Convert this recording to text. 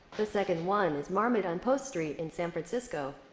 the second one is marmud on post street in san francisco.